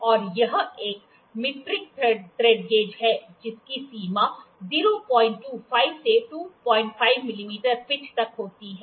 और यह एक मीट्रिक थ्रेड गेज है जिसकी सीमा 025 से 25 मिमी पिच तक होती है